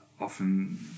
often